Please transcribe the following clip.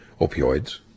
opioids